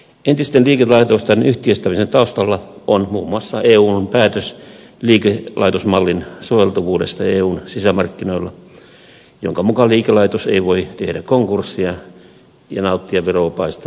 entisten liikelaitosten yhtiöittämisen taustalla on muun muassa eun päätös liikelaitosmallin soveltuvuudesta eun sisämarkkinoilla jonka mukaan liikelaitos ei voi tehdä konkurssia ja nauttia verovapaista eduista